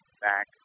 back